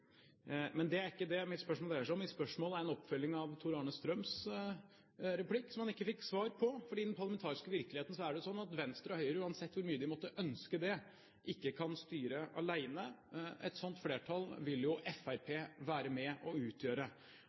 Men det er ikke det mitt spørsmål dreier seg om, mitt spørsmål er en oppfølging av Tor-Arne Strøms replikk som han ikke fikk svar på: Den parlamentariske virkeligheten er sånn at Venstre og Høyre, uansett hvor mye de måtte ønske det, ikke kan styre alene. Et sånt flertall vil jo Fremskrittspartiet være med og utgjøre.